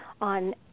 on